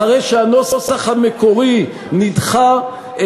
אחרי שהנוסח המקורי נדחה,